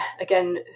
again